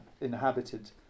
inhabited